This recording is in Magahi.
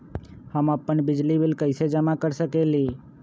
हम अपन बिजली बिल कैसे जमा कर सकेली?